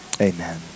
Amen